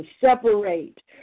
separate